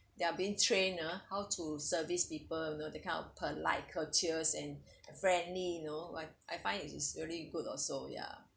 they are being trainer ah how to service people you know that kind of polite culture and friendly you know like I find it is really good also ya